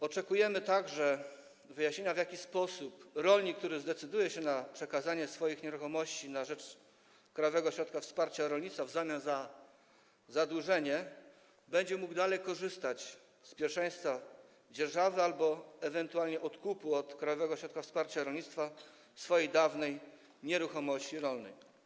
Oczekujemy także wyjaśnienia, w jaki sposób rolnik, który zdecyduje się na przekazanie swoich nieruchomości na rzecz Krajowego Ośrodka Wsparcia Rolnictwa w zamian za spłatę zadłużenia, będzie mógł dalej korzystać z pierwszeństwa dzierżawy albo ewentualnie odkupu od Krajowego Ośrodka Wsparcia Rolnictwa swojej dawnej nieruchomości rolnej.